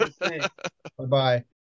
Bye-bye